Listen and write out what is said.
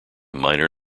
minor